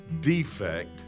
defect